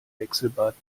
wechselbad